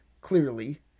clearly